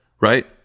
right